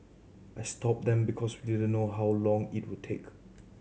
I stopped them because we didn't know how long it would take